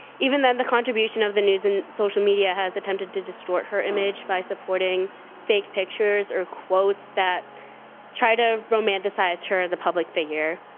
even then, the contribution of the news and social media has attempted to distort her image by supporting fake pictures or quotes that try to romanticize her as a public figure.